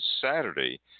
Saturday